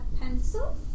pencil